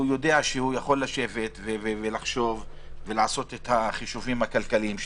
יודע שהוא יכול לחשוב ולעשות את החישובים הכלכליים שלו.